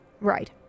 Right